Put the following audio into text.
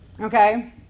Okay